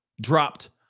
dropped